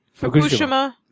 Fukushima